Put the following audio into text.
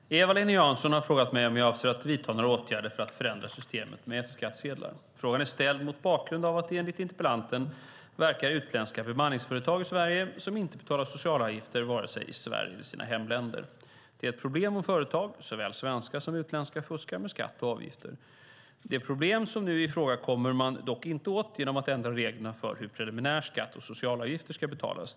Fru talman! Eva-Lena Jansson har frågat mig om jag avser att vidta några åtgärder för att förändra systemet med F-skattsedlar. Frågan är ställd mot bakgrund av att det enligt interpellanten verkar utländska bemanningsföretag i Sverige som inte betalar socialavgifter vare sig i Sverige eller i sina hemländer. Det är ett problem om företag - svenska såväl som utländska - fuskar med skatt och avgifter. Det problem som nu är i fråga kommer man dock inte åt genom att ändra reglerna för hur preliminär skatt och socialavgifter ska betalas.